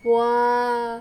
!wah!